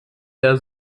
der